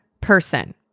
person